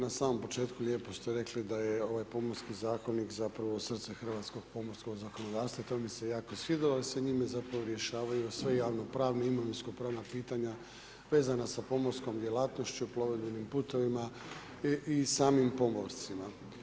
Na samom početku lijepo ste rekli da je ovaj Pomorski zakonik zapravo srce hrvatskog pomorskog zakonodavstva, to mi se jako svidjelo, jer se njime zapravo rješavaju sve javno-pravna imovinsko-pravna pitanja vezana sa pomorskom djelatnošću plovidbenim putovima i samim pomorcima.